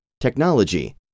Technology